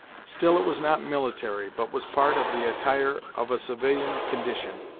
still it was not military, but was part of the attire of a civilian of condition,